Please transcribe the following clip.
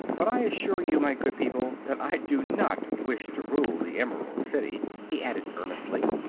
but i assure you, my good people, that i do not wish to rule the emerald city, he added, earnestly.